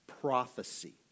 prophecy